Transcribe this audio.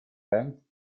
length